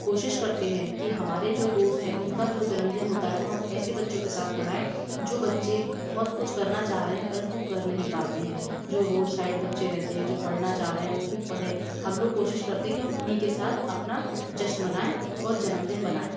कोशिश करते हैं कि हमारे जो दोस्त हैं उनका जो जन्मदिन होता है वो हम ऐसे बच्चों के साथ मनाएं जो बच्चे बहुत कुछ करना चाह रहे हैं परन्तु कर नहीं पाते हैं जो रोड साइड बच्चे रहते हैं जो पढ़ना चाह रहे हैं वो भी पढ़ें हम लोग कोशिश करते कि हम उन्हीं के साथ अपना जश्न मनाएं और जन्मदिन मनाएं